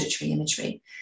imagery